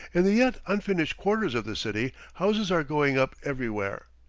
in the yet unfinished quarters of the city, houses are going up everywhere,